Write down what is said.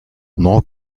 nor